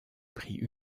prix